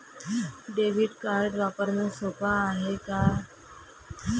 Debit card वापरणं सोप हाय का?